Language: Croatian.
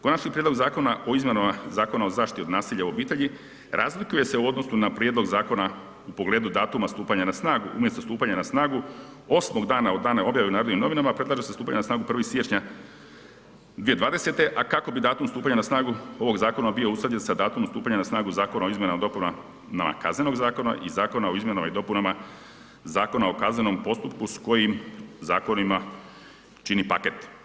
Konačni prijedlog zakona o izmjenama Zakona o zaštiti od nasilja u obitelji razlikuje se u odnosu na prijedlogu zakona u pogledu datuma stupanja na snagu, umjesto stupanja na snagu osmog dana od dana objave u Narodnim novinama, predlaže se stupanje na snagu 1. siječnja 2020. a kako bi datum stupanja na snagu ovog zakon bio usklađen sa datumom stupanja na snagu zakona o izmjenama i dopunama KZ-a i zakona o izmjenama i dopunama ZKP-a s kojim zakonima čini paket.